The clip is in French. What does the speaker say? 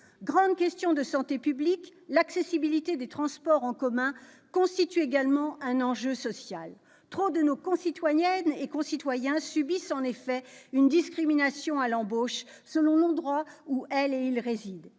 Grande question de santé publique, l'accessibilité des transports en commun constitue également un enjeu social. Trop de nos concitoyennes et de nos concitoyens subissent en effet une discrimination à l'embauche selon l'endroit où elles et ils résident.